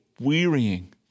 wearying